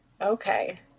Okay